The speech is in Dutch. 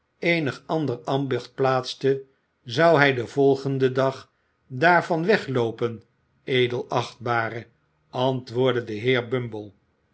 eenig ander ambacht plaatste zou hij den volgenden dag daarvan wegloopen edelachtbare antwoordde de heer